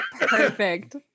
perfect